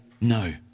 no